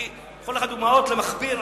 אני יכול לתת לך דוגמאות למכביר,